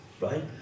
right